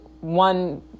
one